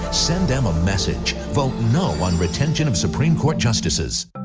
send them a message. vote no on retention of supreme court justices